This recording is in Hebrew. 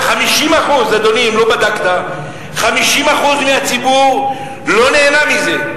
אדוני, אם לא בדקת, 50% מהציבור לא נהנה מזה.